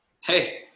Hey